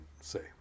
say